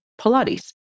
Pilates